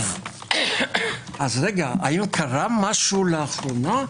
האם קרה משהו לאחרונה?